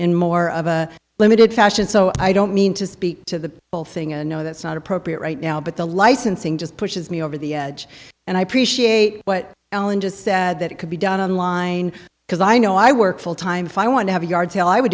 in more of a limited fashion so i don't mean to speak to the whole thing i know that's not appropriate right now but the licensing just pushes me over the edge and i appreciate what ellen just said that it could be done online because i know i work full time if i want to have a yard sale i would